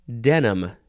Denim